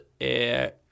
air